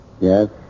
Yes